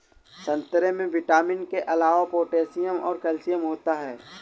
संतरे में विटामिन के अलावा पोटैशियम और कैल्शियम होता है